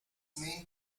main